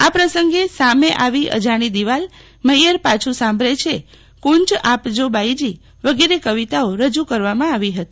આ પ્રસંગે સામે આવી અજાણી દિવાલ મહિયર પાછું સાંભરે છે કુંચ આપજો બાઈજી વગેરે કવિતાઓ રજૂ કરવામાં આવી હતી